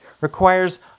requires